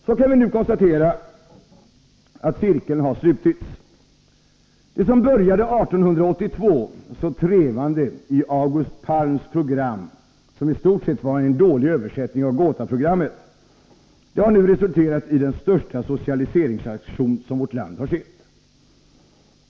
Så kan vi nu konstatera att cirkeln har slutits. Det som började 1882 så trevande i August Palms program, som i stort sett var en dålig översättning av Gothaprogrammet, har nu resulterat i den största socialiseringsaktion som vårt land har sett.